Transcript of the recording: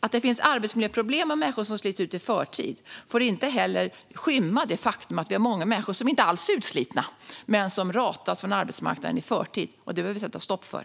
Att det finns arbetsmiljöproblem och människor som slits ut i förtid får inte skymma det faktum att vi har många människor som inte alls är utslitna men som ratas från arbetsmarknaden i förtid. Det vill vi sätta stopp för.